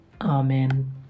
amen